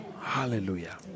Hallelujah